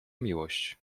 miłość